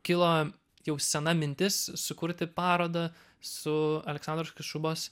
kilo jau sena mintis sukurti parodą su aleksandros kašubos